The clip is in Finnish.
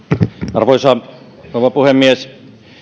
arvoisa rouva puhemies